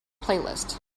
playlist